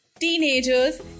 teenagers